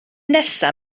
nesaf